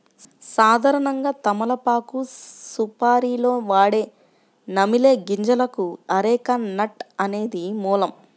సాధారణంగా తమలపాకు సుపారీలో వాడే నమిలే గింజలకు అరెక నట్ అనేది మూలం